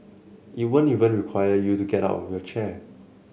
it won't even require you to get out of your chair